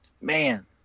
Man